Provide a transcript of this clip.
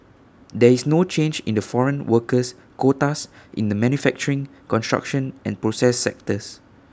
there is no change in the foreign workers quotas in the manufacturing construction and process sectors